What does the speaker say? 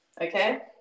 Okay